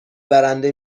برنده